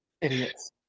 Idiots